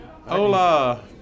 Hola